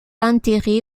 enterré